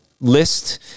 list